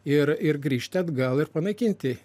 ir ir grįžti atgal ir panaikinti